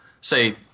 say